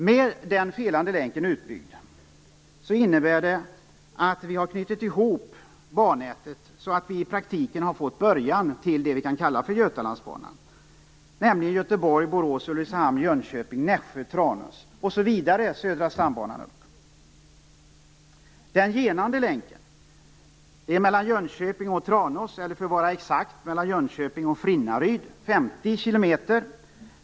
Om den felande länken blir utbyggd innebär det att vi har knutit ihop bannätet, så att vi i praktiken har fått en början till det som vi kan kalla för Götalandsbanan: Göteborg-Borås Ulricehamn-Jönköping-Nässjö-Tranås. Och så kan man fortsätta med Södra stambanan. För det andra gäller det den "genande" länken mellan Jönköping och Tranås, eller för att vara exakt: Jönköping och Frinnaryd. Det handlar om 50 km.